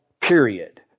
period